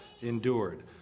endured